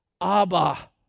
Abba